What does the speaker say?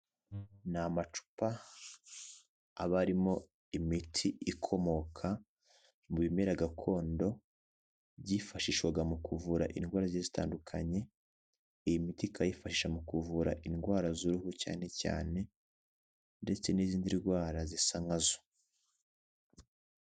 Ni amacupa aba arimo imiti ikomoka mu bimera gakondo byifashishwaga mu kuvura indwara zigiye zitandukanye, iyi miti ikayifasha mu kuvura indwara z'uruhu cyane cyane, ndetse n'izindi ndwara zisa nka zo.